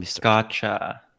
Gotcha